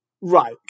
right